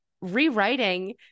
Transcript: rewriting